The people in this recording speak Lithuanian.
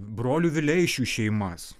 brolių vileišių šeimas